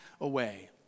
away